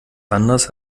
anders